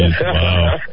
wow